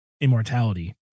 immortality